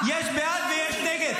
אכפת לה גם אכפת לה.